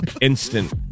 Instant